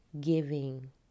giving